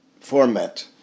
format